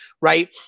right